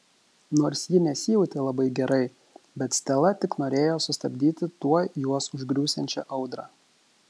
nors ji nesijautė labai gerai bet stela tik norėjo sustabdyti tuoj juos užgriūsiančią audrą